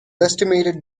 estimated